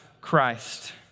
Christ